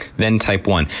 than type one.